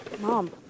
Mom